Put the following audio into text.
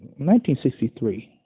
1963